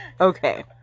Okay